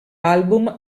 album